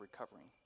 recovering